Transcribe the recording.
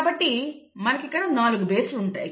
కాబట్టి మనకు ఇక్కడ 4 బేస్ లు ఉన్నాయి